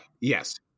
Yes